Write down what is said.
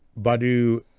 Badu